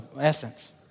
essence